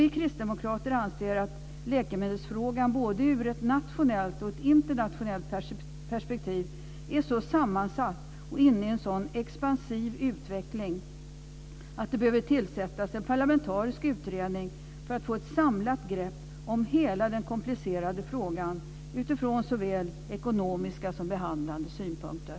Vi kristdemokrater anser att läkemedelsfrågan, både ur ett nationellt och ett internationellt perspektiv, är så sammansatt och inne i en sådan expansiv utveckling att det behöver tillsättas en parlamentarisk utredning för att ta ett samlat grepp om hela den komplicerade frågan utifrån såväl ekonomiska som behandlande synpunkter.